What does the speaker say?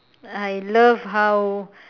I love how